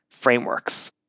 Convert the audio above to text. frameworks